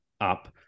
up